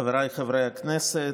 חבריי חברי הכנסת,